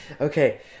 Okay